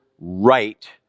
right